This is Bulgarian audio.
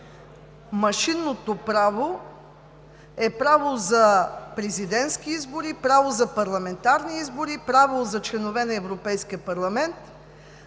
машинното право е право за президентски избори, право за парламентарни избори, право за членове на Европейския парламент,